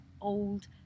old